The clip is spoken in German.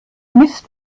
mist